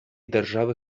держави